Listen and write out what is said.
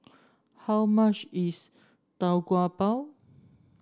how much is Tau Kwa Pau